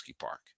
Park